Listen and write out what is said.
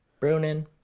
Brunin